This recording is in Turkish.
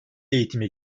eğitimi